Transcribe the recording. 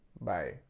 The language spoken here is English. Bye